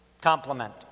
compliment